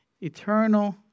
eternal